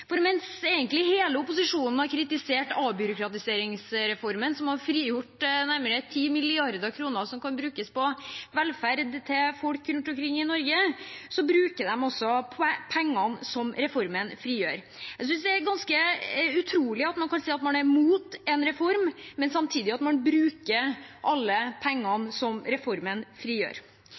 annet. Mens hele opposisjonen har kritisert avbyråkratiseringsreformen, som har frigjort nærmere 10 mrd. kr som kan brukes på velferd til folk rundt omkring i Norge, bruker de altså pengene reformen frigjør. Jeg synes det er ganske utrolig at man kan si at man er imot en reform, men samtidig bruker alle pengene som reformen frigjør.